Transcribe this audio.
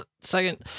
Second